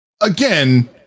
again